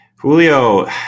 Julio